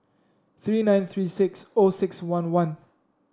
three nine three six O six one one